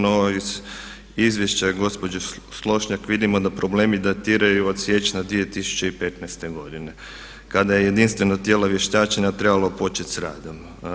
No, iz izvješća gospođe Slonjšak vidimo da problemi datiraju od siječnja 2015. godine kada je jedinstveno tijelo vještačenja trebalo početi sa radom.